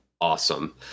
awesome